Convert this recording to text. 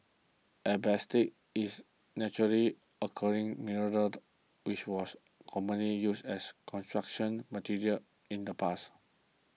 asbestos is naturally occurring mineral which was commonly used as Construction Material in the past